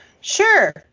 Sure